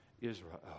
Israel